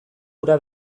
ura